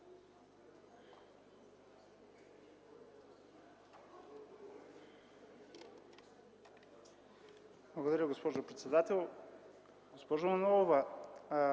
Благодаря, госпожо председател. Госпожо Манолова,